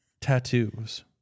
Tattoos